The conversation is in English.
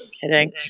Kidding